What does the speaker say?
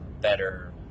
better